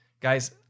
Guys